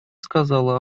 сказала